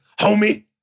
homie